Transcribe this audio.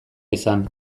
izan